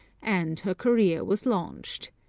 and her career was launched.